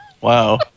Wow